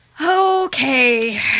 Okay